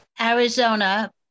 Arizona